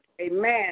Amen